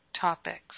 topics